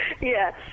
Yes